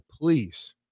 please